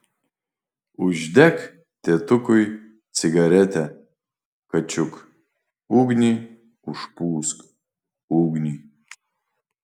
uždek tėtukui cigaretę kačiuk ugnį užpūsk ugnį